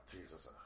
Jesus